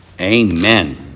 Amen